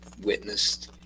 witnessed